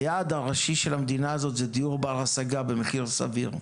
היעד הראשי של המדינה הזאת זה דיור בר השגה במחיר סביר.